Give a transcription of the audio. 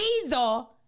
Diesel